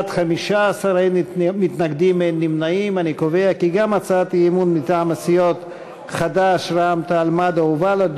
הצעת סיעות חד"ש רע"ם-תע"ל-מד"ע בל"ד